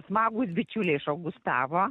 smagūs bičiuliai iš augustavo